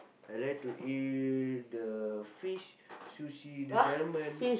I like to eat the fish sushi the salmon